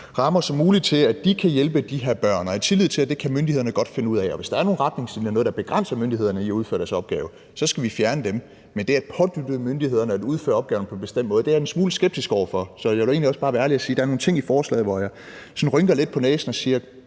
rammer som muligt til, at de kan hjælpe de her børn, i tillid til, at det kan myndighederne godt finde ud af – og hvis der er nogle retningslinjer, der begrænser myndighederne i at udføre deres opgave, så skal vi fjerne dem, men det at pådutte myndighederne at udføre opgaven på en bestemt måde er jeg en smule skeptisk over for. Så jeg vil egentlig også bare være ærlig og sige, at der er nogle ting i forslaget, som får mig til at rynke sådan lidt på næsen og spørge: